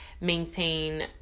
maintain